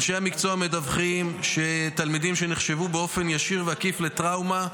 אנשי המקצוע מדווחים שתלמידים שנחשפו באופן ישיר ועקיף לטראומה,